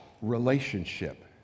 relationship